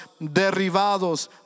Derribados